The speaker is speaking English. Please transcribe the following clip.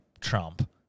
Trump